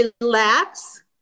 Relax